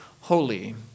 holy